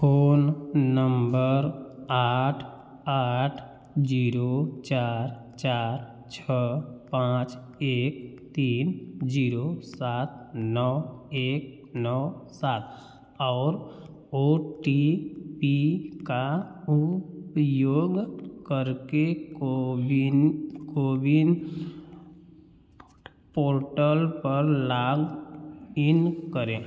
phone number आठ आठ zero चार चार छ पाँच एक तीन जीरो सात नौ एक नौ सात और ओ टी पी का उपयोग करके कोविन कोविन पोर्टल पोर्टल पर लॉग इन करें